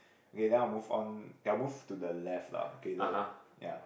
okay then I'll move on I'll move to the left lah okay the ya